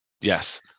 Yes